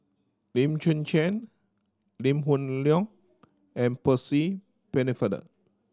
Lim Chwee Chian Lee Hoon Leong and Percy Pennefather